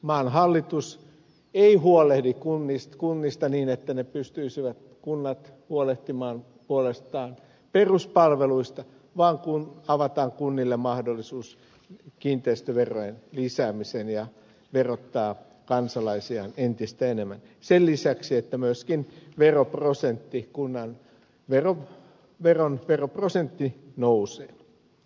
maan hallitus ei huolehdi kunnista niin että kunnat pystyisivät huolehtimaan puolestaan peruspalveluista vaan avataan kunnille mahdollisuus lisätä kiinteistöveroja ja verottaa kansalaisiaan entistä enemmän sen lisäksi että myöskin kunnan veroprosentti nousee